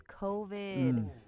COVID